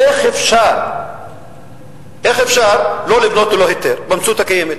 איך אפשר שלא לבנות ללא היתר במציאות הקיימת,